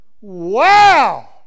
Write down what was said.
wow